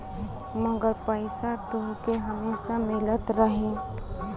मगर पईसा तोहके हमेसा मिलत रही